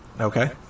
Okay